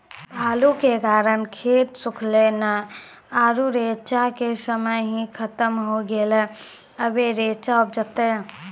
बालू के कारण खेत सुखले नेय आरु रेचा के समय ही खत्म होय गेलै, अबे रेचा उपजते?